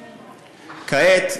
כעת,